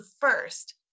first